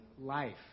life